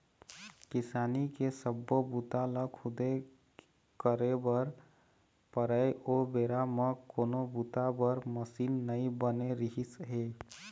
किसानी के सब्बो बूता ल खुदे करे बर परय ओ बेरा म कोनो बूता बर मसीन नइ बने रिहिस हे